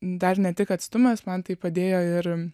dar ne tik atstumas man tai padėjo ir